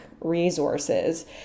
resources